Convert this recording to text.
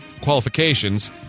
qualifications